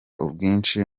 ubwinshi